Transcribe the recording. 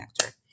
connector